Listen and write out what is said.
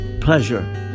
Pleasure